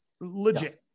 legit